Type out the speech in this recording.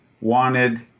wanted